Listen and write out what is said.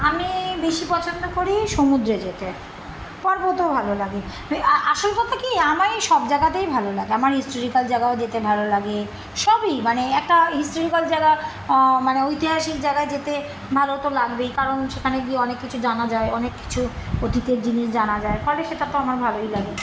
আমি বেশি পছন্দ করি সমুদ্রে যেতে পর্বতেও ভালো লাগে আসল কথা কি আমার সব জায়গাতেই ভালো লাগে আমার হিস্টোরিকাল জায়গায় যেতে ভালো লাগে সবই মানে একটা হিস্টোরিকাল জায়গা মানে ঐতিহাসিক জাগায় যেতে ভালো তো লাগবেই কারণ সেখানে গিয়ে অনেক কিছু জানা যায় অনেক কিছু অতীতের জিনিস জানা যায় ফলে সেটা তো আমার ভালোই লাগে